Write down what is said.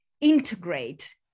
integrate